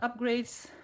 upgrades